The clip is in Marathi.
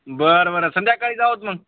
बरं बरं संध्याकाळी जाऊ तर मग